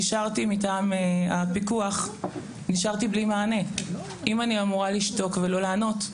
נשארתי מטעם הפיקוח בלי מענה אם אני אמורה לשתוק ולא לענות,